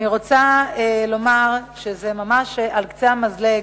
אני רוצה לומר שזה ממש על קצה המזלג,